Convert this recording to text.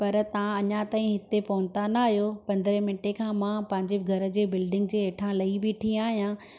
पर तव्हां अञां ताईं हिते पोहता न आयो पंद्रहें मिंटे खां मां पंहिंजे घर जे बिल्डिंग जी हेठां लही बीठी आहियां